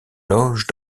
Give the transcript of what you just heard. loge